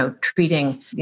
treating